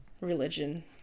religion